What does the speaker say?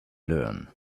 learn